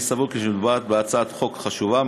אני סבור כי מדובר בהצעת חוק חשובה,